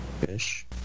Fish